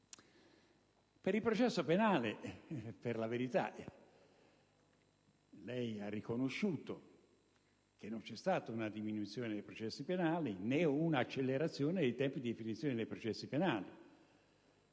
il processo penale, per la verità, lei ha riconosciuto che non si è registrata una diminuzione né un'accelerazione dei tempi di definizione dei processi penali: